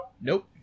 Nope